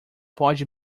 pode